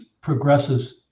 progresses